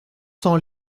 sans